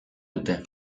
dute